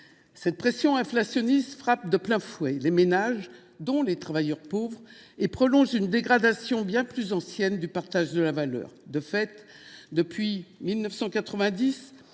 Cette pression inflationniste frappe de plein fouet les ménages, dont les travailleurs pauvres, et accentue une dégradation bien plus ancienne du partage de la valeur. De fait, depuis 1990,